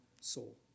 soul